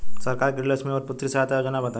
सरकार के गृहलक्ष्मी और पुत्री यहायता योजना बताईं?